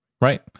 Right